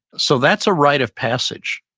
so that's a rite of passage,